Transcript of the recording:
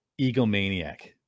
egomaniac